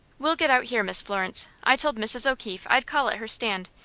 we'll get out here, miss florence. i told mrs. o'keefe i'd call at her stand,